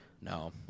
No